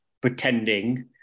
pretending